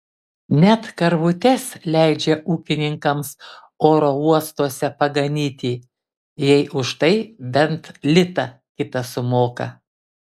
net karvutes leidžia ūkininkams oro uostuose paganyti jei už tai bent litą kitą sumoka